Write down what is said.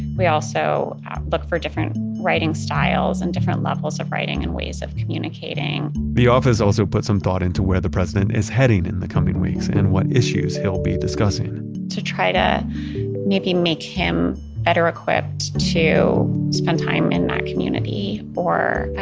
we also look for different writing styles and different levels of writing and ways of communicating the office also puts some thought into where the president is heading in the coming weeks and what issues he'll be discussing to try to maybe make him better equipped to spend time in that community or